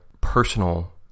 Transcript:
personal